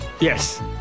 Yes